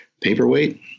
paperweight